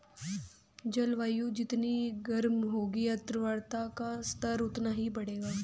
जलवायु जितनी गर्म होगी आर्द्रता का स्तर उतना ही बढ़ेगा